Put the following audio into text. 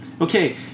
okay